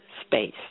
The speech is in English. space